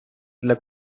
для